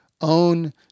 own